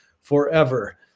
forever